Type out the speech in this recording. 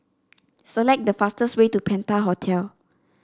select the fastest way to Penta Hotel